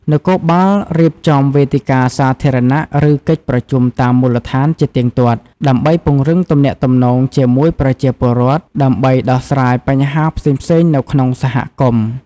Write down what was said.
នគរបាលរៀបចំ វេទិកាសាធារណៈ ឬកិច្ចប្រជុំតាមមូលដ្ឋានជាទៀងទាត់ ដើម្បីពង្រឹងទំនាក់ទំនងជាមួយប្រជាពលរដ្ឋ ដើម្បីដោះស្រាយបញ្ហាផ្សេងៗនៅក្នុងសហគមន៍។